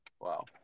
Wow